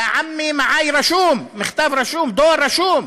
יא עמי, מען רשום, מכתב רשום, דואר רשום.